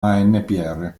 anpr